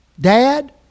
Dad